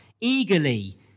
Eagerly